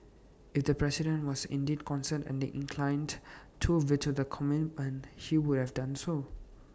if the president was indeed concerned and inclined to veto the commitment he would have done so